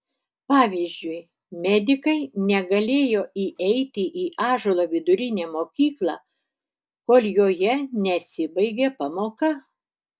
pavyzdžiui medikai negalėjo įeiti į ąžuolo vidurinę mokyklą kol joje nesibaigė pamoka